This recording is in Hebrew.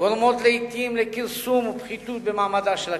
גורמות לעתים לכרסום ולפחיתות במעמדה של הכנסת.